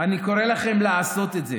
אני קורא לכם לעשות את זה,